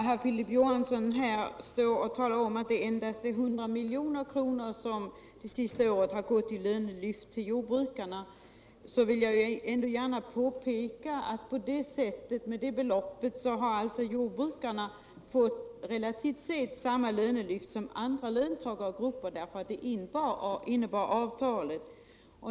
Herr talman! När Filip Johansson påstår att endast 100 miljoner under det senaste åren gått till lönelyft till jordbrukarna, så vill jag påpeka att jordbrukarna med det beloppet fått relativt sett samma lönelyft som andra löntagargrupper, därför att det innebar avtalet.